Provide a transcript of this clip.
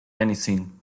anything